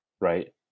right